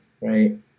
right